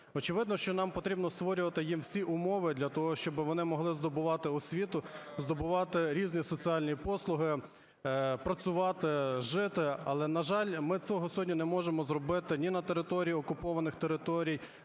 Очевидно, що нам потрібно створювати їм всі умови для того, що вони могли здобувати освіту, здобувати різні соціальні послуги, працювати, жити. Але, на жаль, ми цього сьогодні не можемо зробити ні на території окупованих територій